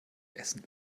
essen